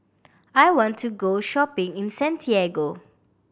I want to go shopping in Santiago